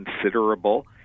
considerable